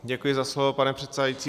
Děkuji za slovo, pane předsedající.